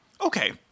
okay